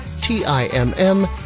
T-I-M-M